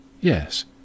Yes